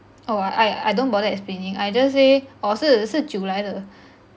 oh I I don't bother explaining I just say orh 是是酒来的